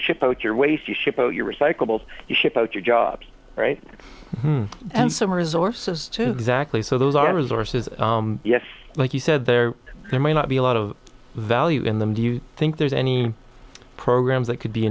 ship out your waste you ship out your recyclables you ship out your jobs right and some resort to zach lee so those are resources yes like you said there there may not be a lot of value in them do you think there's any programs that could be